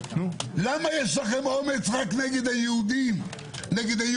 למה יש לכם אומץ רק נגד היהודים המסורתיים,